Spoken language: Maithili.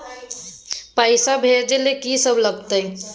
पैसा भेजै ल की सब लगतै?